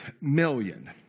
million